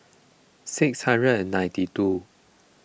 six hundred ninety two